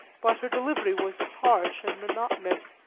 but her delivery was harsh and monotonous,